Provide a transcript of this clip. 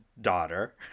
daughter